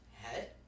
head